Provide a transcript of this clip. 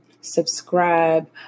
subscribe